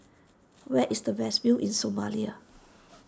where is the best view in Somalia